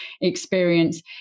experience